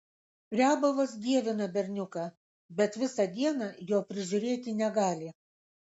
riabovas dievina berniuką bet visą dieną jo prižiūrėti negali